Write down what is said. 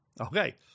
Okay